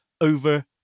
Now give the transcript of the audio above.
over